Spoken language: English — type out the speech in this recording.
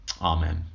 Amen